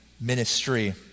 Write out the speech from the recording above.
ministry